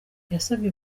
yasabye